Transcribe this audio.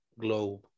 globe